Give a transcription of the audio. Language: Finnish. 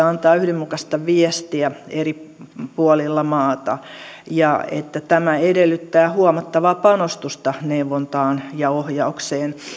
antaa yhdenmukaista viestiä eri puolilla maata ja että tämä edellyttää huomattavaa panostusta neuvontaan ja ohjaukseen